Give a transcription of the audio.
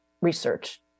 research